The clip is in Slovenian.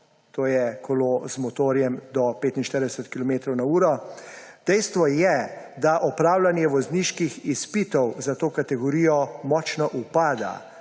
to je kolo z motorjem do 45 kilometrov na uro. Dejstvo je, da opravljanje vozniških izpitov za to kategorijo močno upada,